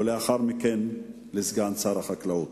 ולאחר מכן לסגן שר החקלאות.